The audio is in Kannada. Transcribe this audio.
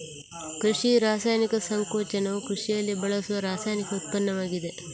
ಕೃಷಿ ರಾಸಾಯನಿಕ ಸಂಕೋಚನವು ಕೃಷಿಯಲ್ಲಿ ಬಳಸುವ ರಾಸಾಯನಿಕ ಉತ್ಪನ್ನವಾಗಿದೆ